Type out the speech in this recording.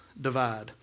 divide